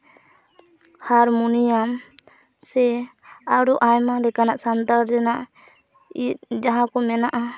harmonium ᱥᱮ ᱟᱨᱚ ᱟᱭᱢᱟ ᱞᱮᱠᱟᱱᱟᱜ ᱥᱟᱱᱛᱟᱲ ᱨᱮᱱᱟᱜ ᱡᱟᱦᱟᱸᱠᱚ ᱢᱮᱱᱟᱜᱼᱟ